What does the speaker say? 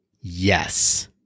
Yes